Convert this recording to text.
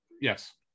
Yes